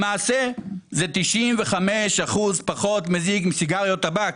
למעשה ב-95 אחוזים זה פחות מזיק מאשר סיגריות טבק.